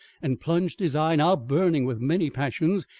and plunged his eye, now burning with many passions,